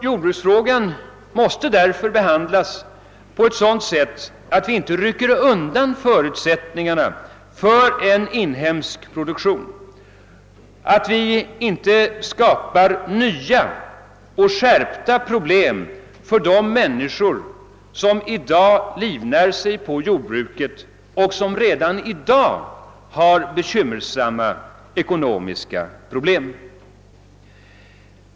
Jordbruksfrågan måste därför behandlas på ett sådant sätt att vi inte rycker undan förutsättningarna för en inhemsk produktion, att vi inte skapar nya och skärpta problem för de människor som livnär sig på jordbruket och som redan i dag har ekonomiska bekymmer.